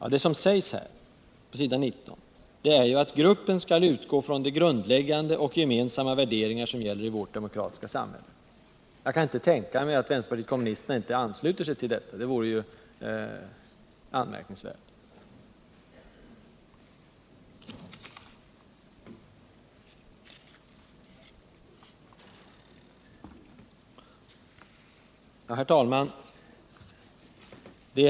Vad som sägs där, är att gruppen skall utgå från de grundläggande och gemensamma värderingar som finns i vårt demokratiska samhälle. Jag kan inte tänka mig att vpk skulle ha något att invända mot detta. Det vore i så fall anmärkningsvärt.